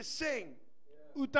sing